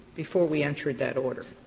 before we entered that order,